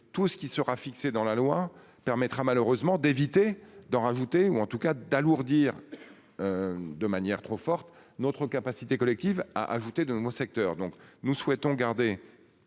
Tout ce qui sera fixé dans la loi permettra malheureusement d'éviter d'en rajouter ou en tout cas d'alourdir. De manière trop forte notre capacité collective à ajouter de nouveaux secteurs,